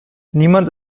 niemand